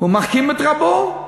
הוא מחכים את רבו.